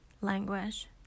language